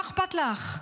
מה אכפת לך?